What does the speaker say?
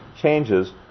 changes